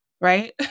right